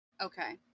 Okay